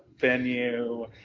venue